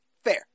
Fair